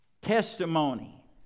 testimony